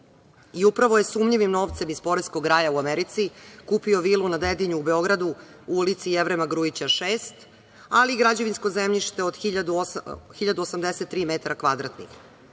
i upravo je sumnjivim novcem iz poreskog raja u Americi kupio vilu na Dedinju u Beogradu u ulici Jevrema Grujića 6, ali građevinsko zemljište od 1.083 m2 .